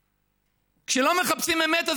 כשלא מחפשים אמת,